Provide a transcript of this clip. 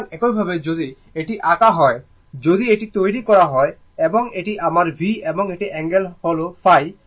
সুতরাং একইভাবে যদি এটি আঁকা হয় যদি এটি তৈরী করা হয় এবং এটি আমার V এবং এই অ্যাঙ্গেল হল ϕ